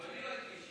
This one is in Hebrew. גם אני לא הייתי אישה.